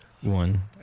one